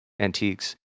antiques